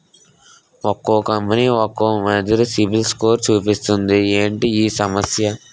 ఒక్కో కంపెనీ ఒక్కో మాదిరి సిబిల్ స్కోర్ చూపిస్తుంది ఏంటి ఈ సమస్య?